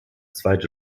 zweite